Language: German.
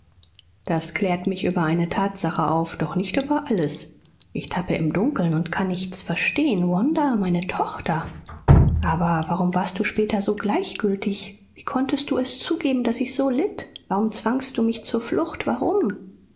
das klärt mich über eine tatsache auf doch nicht über alles ich tappe im dunkeln und kann nichts verstehen wanda meine tochter aber warum warst du später so gleichgültig wie konntest du es zugeben daß ich so litt warum zwangst du mich zur flucht warum